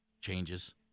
changes